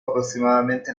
aproximadamente